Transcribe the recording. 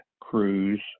cruise